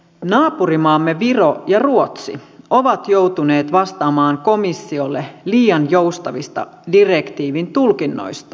naapurimaamme viro ja ruotsi ovat joutuneet vastaamaan komissiolle liian joustavista direktiivin tulkinnoistaan